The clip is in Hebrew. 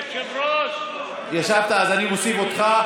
אז אני מוסיף אותך.